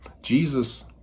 Jesus